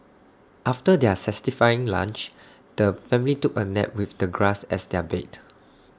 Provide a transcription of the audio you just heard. after their satisfying lunch the family took A nap with the grass as their bed